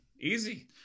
easy